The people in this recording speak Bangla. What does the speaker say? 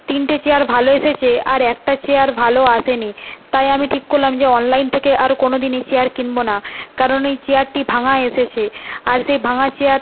তিনটে চেয়ার ভালো এসেছে আর একটা চেয়ার ভালো আসে নি তাই আমি ঠিক করলাম যে অনলাইন থেকে আর কোনো দিনই চেয়ার কিনব না কারণ এই চেয়ারটি ভাঙা এসেছে আর সেই ভাঙা চেয়ার